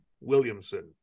Williamson